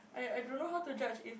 I I don't know how to judge if